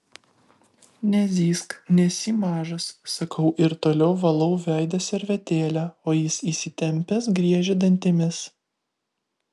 nezyzk nesi mažas sakau ir toliau valau veidą servetėle o jis įsitempęs griežia dantimis